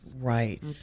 Right